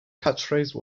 catchphrase